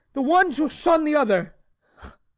the one shall shun the other.